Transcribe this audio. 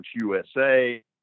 USA